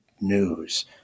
news